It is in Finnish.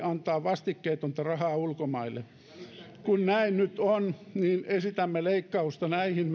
voi antaa vastikkeetonta rahaa ulkomaille kun näin nyt on esitämme leikkausta näihin